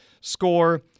score